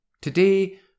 Today